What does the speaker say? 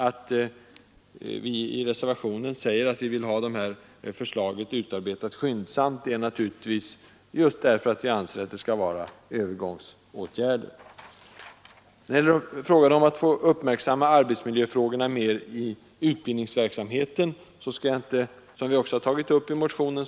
Att vi i reservationen förordar att förslag skyndsamt utarbetas beror på att vi anser att det skall vara fråga om övergångsåtgärder. Frågan om att mer uppmärksamma arbetsmiljöfrågorna i utbildningsverksamheten har vi också tagit upp i motionen.